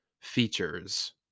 features